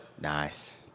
Nice